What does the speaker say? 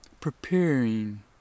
preparing